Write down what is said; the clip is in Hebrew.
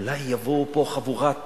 אולי יבואו חבורת